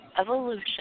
evolution